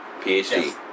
PhD